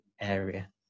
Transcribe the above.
area